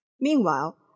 Meanwhile